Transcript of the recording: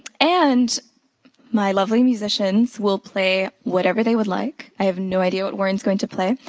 and my lovely musicians will play whatever they would like. i have no idea what warren's going to play.